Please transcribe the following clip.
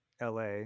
LA